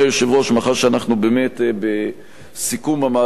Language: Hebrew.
מאחר שאנחנו באמת בסיכום המהלך הזה,